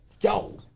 yo